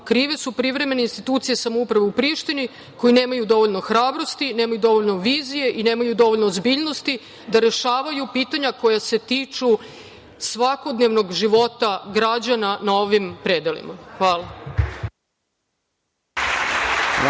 Krive su privremene institucije samouprave u Prištini, koje nemaju dovoljno hrabrosti, nemaju dovoljno vizije i nemaju dovoljno ozbiljnosti da rešavaju pitanja koja se tiču svakodnevnog života građana na ovim predelima. Hvala.